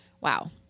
Wow